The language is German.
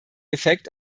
effekt